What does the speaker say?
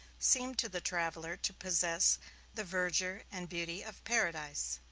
seem to the traveler to possess the verdure and beauty of paradise.